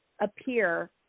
appear